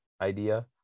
idea